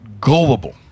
gullible